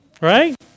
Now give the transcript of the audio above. right